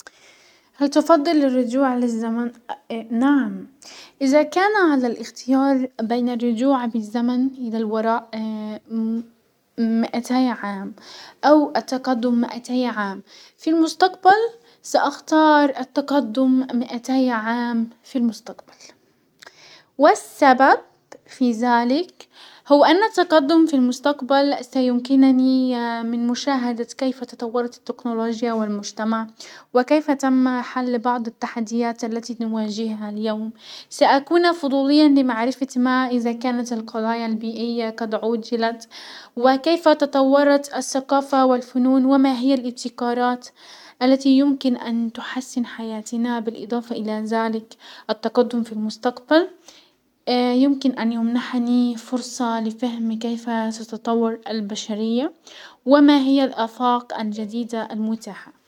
هل تفضل الرجوع للزمن؟ نعم، ازا كان على الاختيار بين الرجوع بالزمن الى الوراء م-م-مائتي عام او التقدم مائتي عام في المستقبل، ساختار التقدم مائتي عام في المستقبل، والسبب في زلك هو ان التقدم في المستقبل سيمكنني من مشاهدة كيف تطورت التكنولوجيا والمجتمع وكيف تم حل بعض التحديات التي نواجهها اليوم، ساكون فضوليا لمعرفتي ما ازا كانت القضايا البيئية قد عوجلت، وكيف تطورت السقافة والفنون، وما هي الابتكارات التي يمكن ان تحسن حياتنا، بالاضافة الى زلك التقدم في المستقبل يمكن ان يمنحني فرصة فهم كيف ستطور البشرية، وما هي الافاق الجديدة المتاحة.